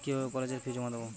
কিভাবে কলেজের ফি জমা দেবো?